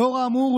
לאור האמור,